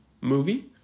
Movie